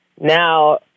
Now